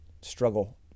struggle